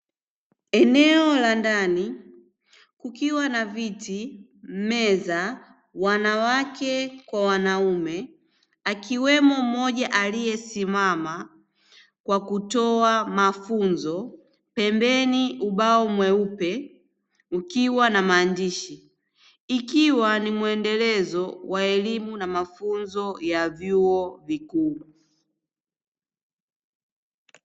Eneo la ndani kukiwa na viti meza wanawake kwa wanaume akiwemo moja aliyesimama kwa kutoa mafunzo pembeni ubao mweupe ukiwa na maandishi, ikiwa ni mwendelezo wa elimu na mafunzo ya vyuo vikuu.